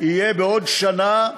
יהיה בעוד שנה,